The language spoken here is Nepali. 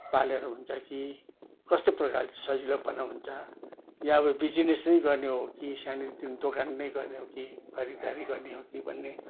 पालेर हुन्छ कि कस्तो प्रकारले सजिलोपना हुन्छ या अब बिजिनेसै गर्ने हो कि सानोतिनो दोकान नै गर्ने हो कि खरिदारी गर्ने हो कि भन्ने